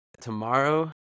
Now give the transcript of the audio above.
tomorrow